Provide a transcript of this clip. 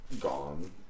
gone